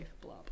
blah